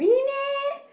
really meh